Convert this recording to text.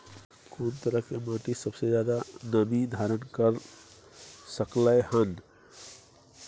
कोन तरह के माटी सबसे ज्यादा नमी धारण कर सकलय हन?